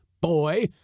boy